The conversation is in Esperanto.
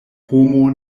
homo